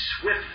swift